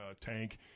tank